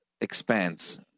expands